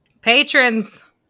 Patrons